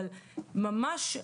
אבל ממש,